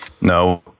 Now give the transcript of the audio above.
No